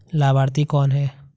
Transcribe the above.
लाभार्थी कौन है?